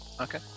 Okay